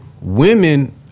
Women